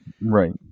Right